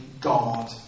God